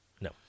No